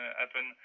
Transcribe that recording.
happen